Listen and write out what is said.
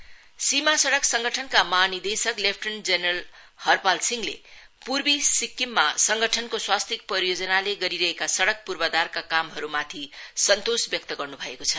BRO सीमा सड़क संगठनका महा निर्देशक लेफ्टनेन्ट जेनरल हरपाल सिहले पूर्वी सिक्किममा संगठनको स्वस्तिक परियोजनाले गरिरहेका सड़क पूर्वाधारका कामहरूमाथि सन्तोष व्यक्त गर्न् भएको छ